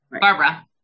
Barbara